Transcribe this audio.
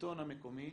לשלטון המקומי,